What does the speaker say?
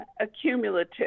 accumulative